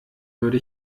würde